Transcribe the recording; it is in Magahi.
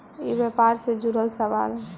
ई व्यापार से जुड़ल सवाल?